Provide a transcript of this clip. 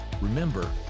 Remember